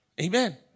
Amen